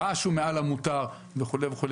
הרעש מעל למותר וכו' וכו',